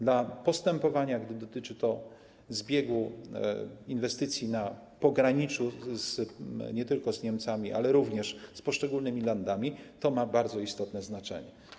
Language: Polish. Dla postępowania, gdy dotyczy to zbiegu inwestycji na pograniczu nie tylko z Niemcami, ale również z poszczególnymi landami, ma to bardzo istotne znaczenie.